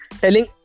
telling